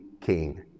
King